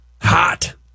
Hot